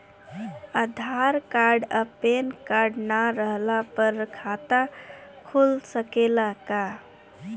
आधार card आ PAN card ना रहला पर खाता खुल सकेला का?